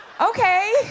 Okay